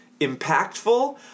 impactful